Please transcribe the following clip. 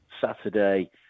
Saturday